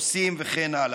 חוסים וכן הלאה.